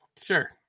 Sure